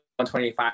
125